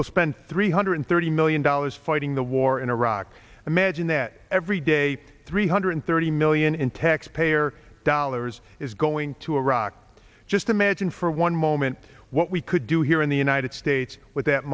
will spend three hundred thirty million dollars fighting the war in iraq imagine that every day three hundred thirty million in text payer dollars is going to iraq just imagine for one moment what we could do here in the united states with that